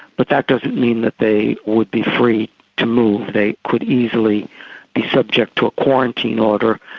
but that doesn't mean that they would be free to move. they could easily be subject to a quarantine order,